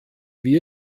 wie